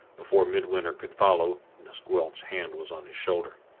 before midwinter could follow, miss gwilt's hand was on his shoulder.